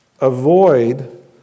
avoid